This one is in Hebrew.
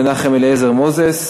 841 ו-876.